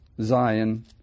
Zion